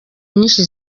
nyinshi